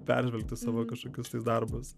peržvelgti savo kažkokius darbus